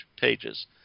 pages